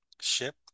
Ship